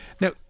Now